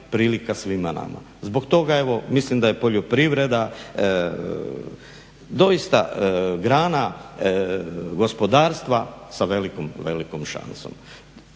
prilika svima nama. Zbog toga evo mislim da je poljoprivreda doista grana gospodarstva sa velikom šansom.